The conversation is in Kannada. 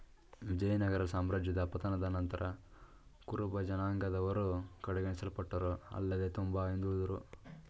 ವಿಜಯನಗರ ಸಾಮ್ರಾಜ್ಯದ ಪತನದ ನಂತರ ಕುರುಬಜನಾಂಗದವರು ಕಡೆಗಣಿಸಲ್ಪಟ್ಟರು ಆಲ್ಲದೆ ತುಂಬಾ ಹಿಂದುಳುದ್ರು